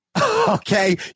Okay